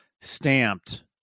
stamped